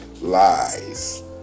lies